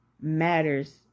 matters